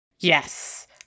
yes